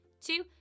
two